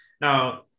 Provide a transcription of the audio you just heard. Now